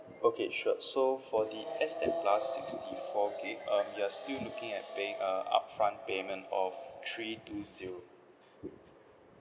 okay sure so for the S ten plus for the sixty four gigabyte um you are still looking at paying uh upfront payment of three two zero